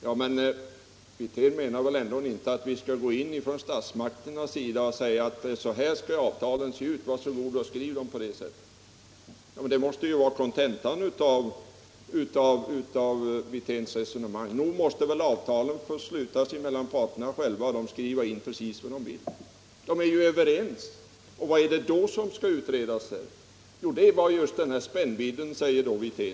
Men herr Wirtén menar väl ändå inte att statsmakterna skall gå in på avtalsområdet och säga: Så här skall avtalen se ut — var så goda och skriv dem på det sättet! Detta blir ju kontentan av herr Wirténs resonemang. Nog måste väl parterna själva få sluta sina avtal och skriva dem precis som de vill. De är ju överens, och vad är det då som skall utredas? Jo, det är just den där spännvidden, säger herr Wirtén.